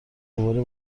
دوباره